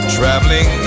Traveling